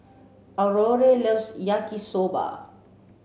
Aurore loves Yaki soba